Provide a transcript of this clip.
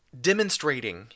demonstrating